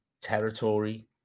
Territory